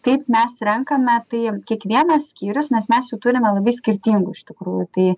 kaip mes renkame tai kiekvienas skyrius nes mes jų turime labai skirtingų iš tikrųjų tai